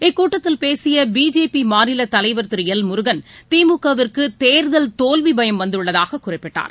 இக்கூட்டத்தில் பேசியபிஜேபிமாநிலத் தலைவர் திருஎல் முருகன் திமுகவிற்குதேர்தல் தோல்விபயம் வந்துள்ளதாககுறிப்பிட்டார்